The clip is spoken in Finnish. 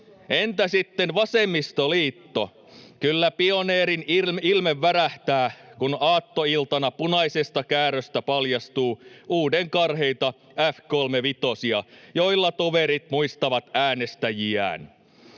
Entä sitten vasemmistoliitto? Kyllä pioneerin ilme värähtää, kun aattoiltana punaisesta kääröstä paljastuu uudenkarheita F-35:ia, joilla toverit muistavat äänestäjiään.